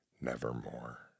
Nevermore